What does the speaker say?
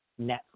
Netflix